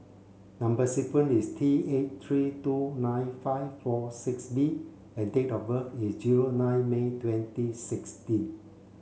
number sequence is T eight three two nine five four six B and date of birth is zero nine May twenty sixteen